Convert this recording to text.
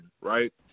right